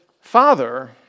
Father